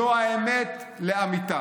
זאת האמת לאמיתה.